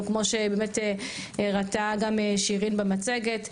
גם כמו שהראתה שירין במצגת,